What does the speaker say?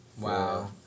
Wow